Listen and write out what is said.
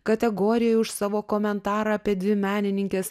kategorijoj už savo komentarą apie dvi menininkes